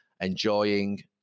enjoying